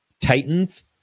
Titans